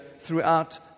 throughout